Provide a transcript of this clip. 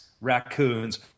raccoons